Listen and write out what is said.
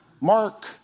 Mark